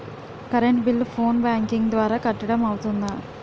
Current bill phone banking ద్వారా కట్టడం అవ్తుందా?